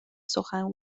سخن